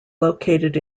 located